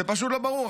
זה פשוט לא ברור.